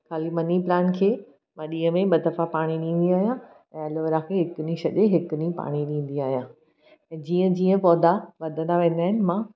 ख़ाली money plant खे मां ॾींहं में ॿ दफ़ा पाणी ॾींदी आहियां ऐं ऐलोवेरा खे हिकु ॾींहुं छॾे हिकु ॾींहुं पाणी ॾींदी आहियां जीअं जीअं पौधा वधंदा वेंदा आहिनि मां